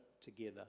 together